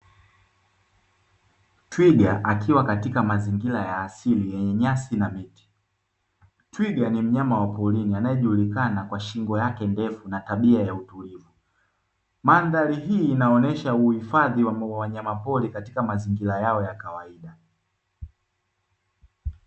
Twiga akiwa katika mazingira ya asili yenye nyasi na miti. Twiga ni mnyama wa porini anaejulikana kwa shingo yake ndefu na tabia ya utulivu. Mandhari hii inaonesha uhifadhi wa wanyama pori katika mazingira yao ya kawaida.